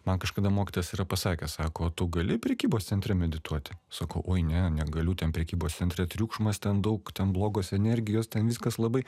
man kažkada mokytojas yra pasakęs sako tu gali prekybos centre medituoti sakau oi ne negaliu ten prekybos centre triukšmas ten daug ten blogos energijos ten viskas labai